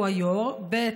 הוא היו"ר, ב.